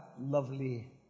lovely